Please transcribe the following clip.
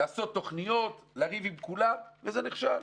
לעשות תוכניות, לריב עם כולם וזה נכשל.